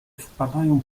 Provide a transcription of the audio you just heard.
wpadają